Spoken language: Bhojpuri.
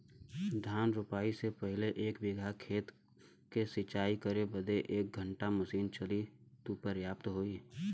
धान रोपाई से पहिले एक बिघा खेत के सिंचाई करे बदे क घंटा मशीन चली तू पर्याप्त होई?